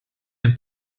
dem